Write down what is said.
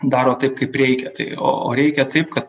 daro taip kaip reikia tai o o reikia taip kad